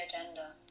agenda